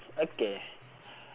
okay